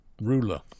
ruler